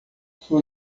sua